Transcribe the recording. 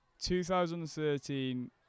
2013